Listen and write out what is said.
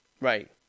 Right